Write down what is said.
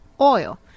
oil